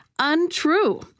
untrue